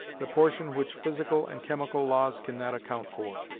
the portion which physical and chemical laws cannot account for.